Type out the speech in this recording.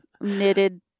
knitted